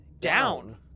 down